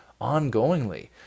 ongoingly